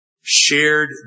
shared